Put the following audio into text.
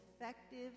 effective